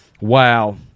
Wow